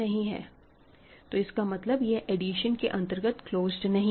तो इसका मतलब यह एडिशन के अंतर्गत क्लोज्ड नहीं है